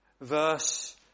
Verse